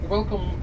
Welcome